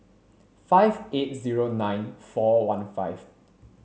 five eight zero nine four one five